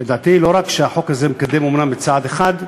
לדעתי, לא רק שהחוק הזה מקדם, אומנם בצעד אחד,